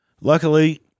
Luckily